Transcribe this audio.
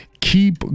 keep